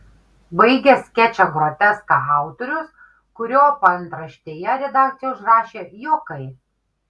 baigia skečą groteską autorius kurio paantraštėje redakcija užrašė juokai